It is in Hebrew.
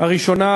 הראשונה,